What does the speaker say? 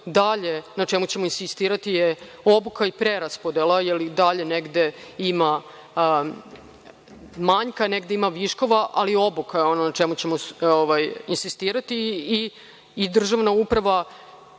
dalje, na čemu ćemo insistirati je obuka i preraspodela, jer i dalje negde ima manjka, negde ima viškova, ali obuka je ono na čemu ćemo insistirati i državna uprava